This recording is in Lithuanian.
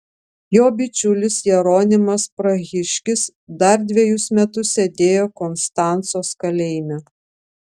jo bičiulis jeronimas prahiškis dar dvejus metus sėdėjo konstancos kalėjime